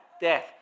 death